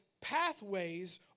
pathways